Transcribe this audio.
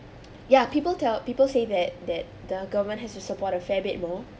ya people tell people say that that the government has to support a fair bit more